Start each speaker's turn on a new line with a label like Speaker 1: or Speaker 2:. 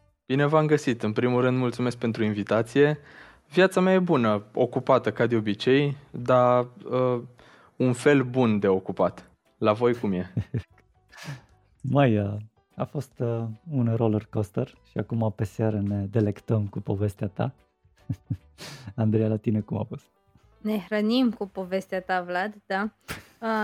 Speaker 1: Bine v-am găsit. În primul rând, mulțumesc pentru invitație. Viața mea e bună, ocupată ca de obicei, dar, uh, un fel bun de ocupat. La voi cum e?
Speaker 2: Măi, a fost, uh, un roller coaster și acum, pe seară, ne delectăm cu povestea ta. Andreea, la tine cum a fost?
Speaker 3: Ne hrănim cu povestea ta, Vlad, da. Uh,